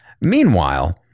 Meanwhile